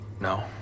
No